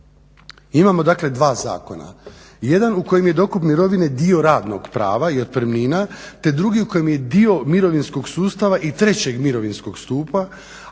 Imamo dakle dva zakona. Jedan u kojem je dokup mirovine dio radnog prava i otpremnina te drugi u kojem je dio mirovinskog sustava i trećeg mirovinskog stupa.